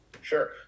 Sure